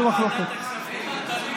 שמענו, איתן, ועדת הכספים.